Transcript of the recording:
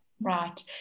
Right